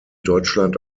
deutschland